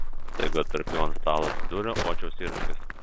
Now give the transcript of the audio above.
staiga tarp jų ant stalo atsidūrė odžiaus įrankis